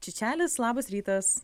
čičelis labas rytas